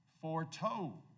foretold